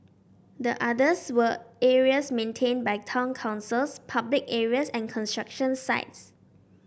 the others were areas maintained by town councils public areas and construction sites